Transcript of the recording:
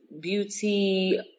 beauty